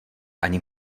ani